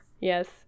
yes